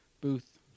Booth